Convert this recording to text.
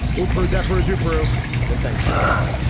you've heard deborah dipierro then. thanks for listening